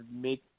make